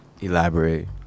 Elaborate